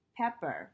pepper